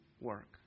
work